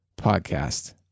podcast